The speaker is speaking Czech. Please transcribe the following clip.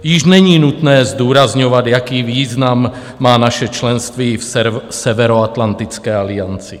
Již není nutné zdůrazňovat, jaký význam má naše členství v Severoatlantické alianci.